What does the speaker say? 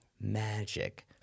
magic